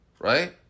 Right